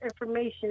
information